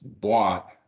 bought